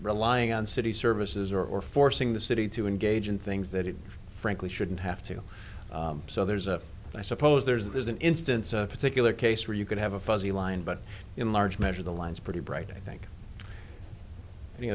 relying on city services or forcing the city to engage in things that frankly shouldn't have to so there's a i suppose there's an instance a particular case where you could have a fuzzy line but in large measure the lines pretty bright i think